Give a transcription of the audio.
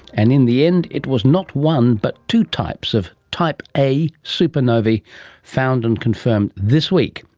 and in the end it was not one but two types of type a supernovae found and confirmed this week,